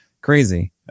crazy